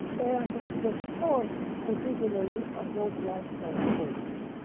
and the source particularly of those lifestyle choices.